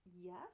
Yes